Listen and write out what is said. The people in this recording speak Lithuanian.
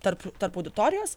tarp tarp auditorijos